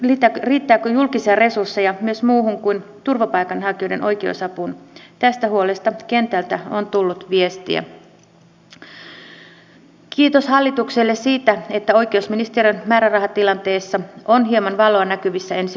haluan tässä yhteydessä myös kiittää hallinto ja turvallisuusjaoston jäseniä hyvästä yhteistyöstä sekä ministeriä tietenkin siltä osin että oikeusministeriön määrärahatilanteessa on hieman valoa näkyvissä ensi